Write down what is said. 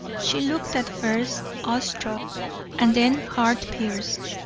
she looked at first awestruck and then heart-pierced.